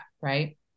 Right